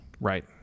Right